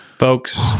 Folks